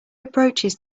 approaches